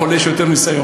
לחולה יש יותר ניסיון.